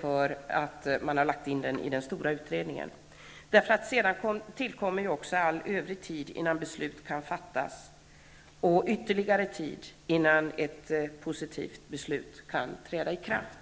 för att man har lagt in den i den stora utredningen om ansvar för skador som uppkommer vid myndighetsutövning. Sedan tillkommer ju all övrig tid innan beslut kan fattas och ytterligare tid innan ett positivt beslut kan träda i kraft.